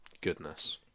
goodness